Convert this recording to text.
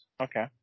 okay